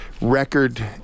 record